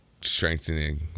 strengthening